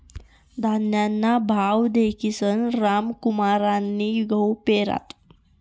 धान्यना भाव दखीसन रामकुमारनी गहू पेरात